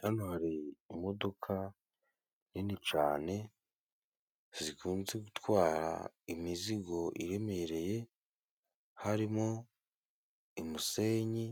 Hano hari imodoka nini cane zikunze gutwara imizigo iremereye harimo: umusenyi,